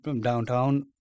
downtown